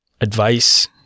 advice